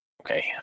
okay